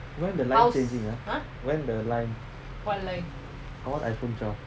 when the line changing ah when the line I want iphone twelve